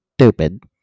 stupid